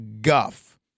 guff